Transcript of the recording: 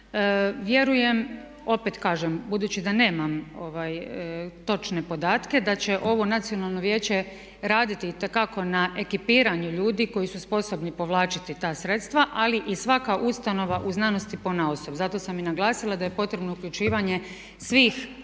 Vjerujem, opet kažem budući da nemam točne podatke da će ovo Nacionalno vijeće raditi itekako na ekipiranju ljudi koji su sposobni povlačiti ta sredstva, ali i svaka ustanova u znanosti ponaosob. Zato sam i naglasila da je potrebno uključivanje svih